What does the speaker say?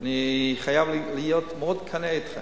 ואני חייב להיות מאוד כן אתך: